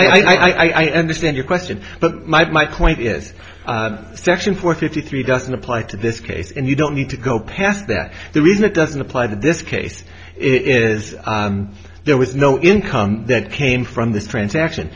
i stand your question but my point is section four fifty three doesn't apply to this case and you don't need to go past that the reason it doesn't apply to this case is there was no income that came from this transaction